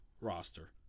roster